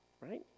right